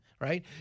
right